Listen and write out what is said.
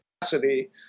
capacity